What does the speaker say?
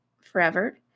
forever